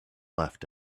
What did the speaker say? left